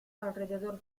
alrededor